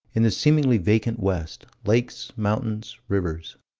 in the seemingly vacant west lakes, mountains, rivers